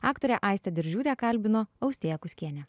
aktorę aistę diržiūtę kalbino austėja kuskienė